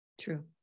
True